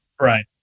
right